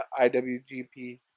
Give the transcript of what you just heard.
IWGP